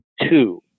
two